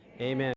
Amen